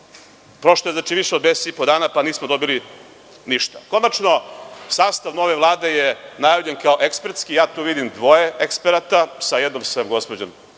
prošlo je više od mesec i po dana, a nismo dobili ništa. Konačno, sastav nove Vlade je najavljen kao ekspertski. Ja tu vidim dvoje eksperata. Sa jednim, sa gospođom